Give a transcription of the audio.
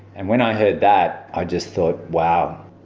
and when i heard that, i just thought, wow.